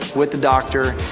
with the doctor,